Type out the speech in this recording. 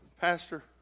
Pastor